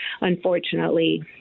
unfortunately